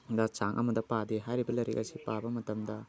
ꯗ ꯆꯥꯡ ꯑꯃꯗ ꯄꯥꯗꯦ ꯍꯥꯏꯔꯤꯕ ꯂꯥꯏꯔꯤꯛ ꯑꯁꯤ ꯄꯥꯕ ꯃꯇꯝꯗ